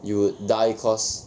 you would die cause